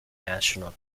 national